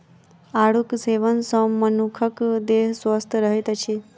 आड़ूक सेवन सॅ मनुखक देह स्वस्थ रहैत अछि